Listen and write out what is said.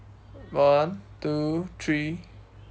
one two three